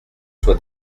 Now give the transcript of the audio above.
soi